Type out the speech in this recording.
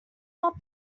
not